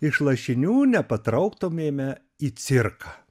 iš lašinių nepatrauktumėme į cirką